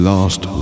last